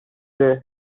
their